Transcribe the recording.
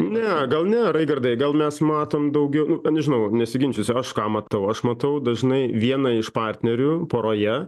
ne gal ne raigardai gal mes matom daugiau nu nežinau nesiginčysiu aš ką matau aš matau dažnai vieną iš partnerių poroje